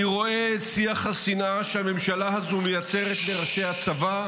אני רואה שיח שנאה שהממשלה הזו מייצרת לראשי הצבא,